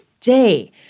day